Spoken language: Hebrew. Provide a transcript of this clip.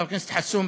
חבר הכנסת חסון,